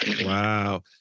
Wow